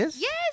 Yes